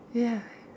ya